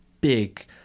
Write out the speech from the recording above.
big